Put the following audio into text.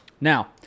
Now